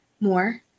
More